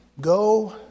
Go